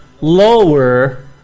lower